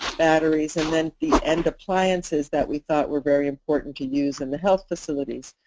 batteries and then the end appliances that we thought were very important to use in the health facilities.